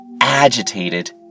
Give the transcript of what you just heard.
agitated